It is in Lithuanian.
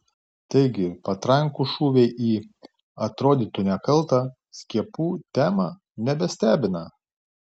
taigi patrankų šūviai į atrodytų nekaltą skiepų temą nebestebina